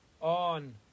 on